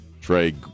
Trey